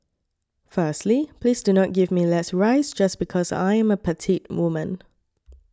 firstly please do not give me less rice just because I am a petite woman